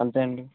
ఎంత అయ్యింది